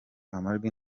amajwi